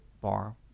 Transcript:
bar